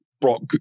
Brock